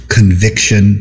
Conviction